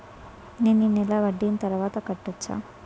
నేను ఈ నెల వడ్డీని తర్వాత కట్టచా?